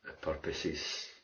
purposes